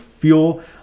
fuel